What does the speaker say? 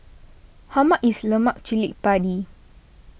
how much is Lemak Cili Padi